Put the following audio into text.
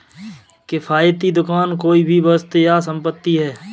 किफ़ायती दुकान कोई भी वस्तु या संपत्ति है